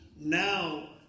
now